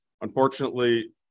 Unfortunately